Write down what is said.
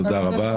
תודה רבה.